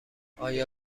آیا